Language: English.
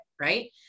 right